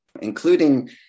including